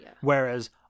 Whereas